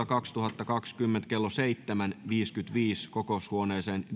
kaksituhattakaksikymmentä kello seitsemän viiteenkymmeneenviiteen kokoushuoneeseen